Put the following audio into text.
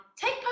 Take